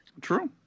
true